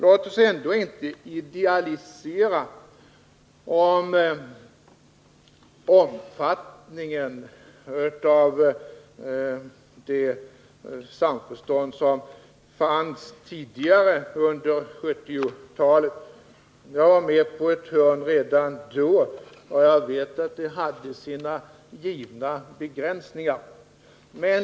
Låt oss ändå inte idealisera i fråga om omfattningen av det samförstånd som fanns tidigare under 1970-talet. Jag var med på ett hörn redan då, och jag vet att det hade sina givna begränsningar.